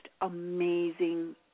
amazing